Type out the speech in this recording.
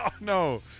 no